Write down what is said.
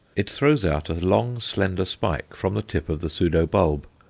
it throws out a long, slender spike from the tip of the pseudo-bulb,